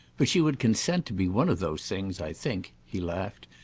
but she would consent to be one of those things, i think, he laughed,